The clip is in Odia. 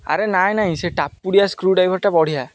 ଆରେ ନାଇଁ ନାଇଁ ସେ ଟାପୁଡ଼ିଆ ସ୍କ୍ରୁଡ୍ରାଇଭର୍ଟା ବଢ଼ିଆ